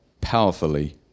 powerfully